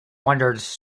wonders